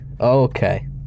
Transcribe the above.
Okay